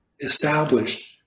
established